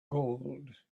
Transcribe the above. gold